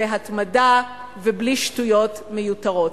בהתמדה ובלי שטויות מיותרות.